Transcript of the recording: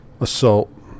assault